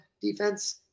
defense